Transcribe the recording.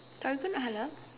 Torigo not halal